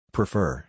Prefer